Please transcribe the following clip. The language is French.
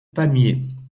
pamiers